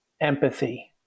empathy